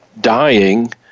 dying